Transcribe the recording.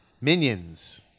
Minions